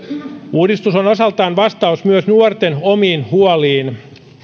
uudistus on osaltaan vastaus myös nuorten omiin huoliin